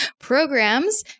programs